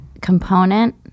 component